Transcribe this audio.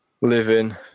living